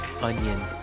onion